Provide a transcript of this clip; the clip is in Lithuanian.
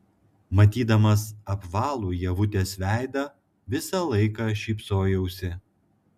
matydamas apvalų ievutės veidą visą laiką šypsojausi